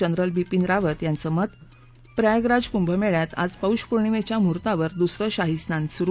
general Bipin Rawat यांचं मत प्रयागराज कुंभमेळ्यात आज पौंष पौणिमेच्या मुहुर्तावर दुसरं शाही स्नान सुरु